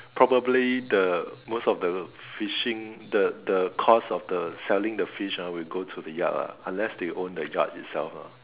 probably the most of the fishing the the cost of the selling the fish ah will go to the yard ah unless they own the yard itself ah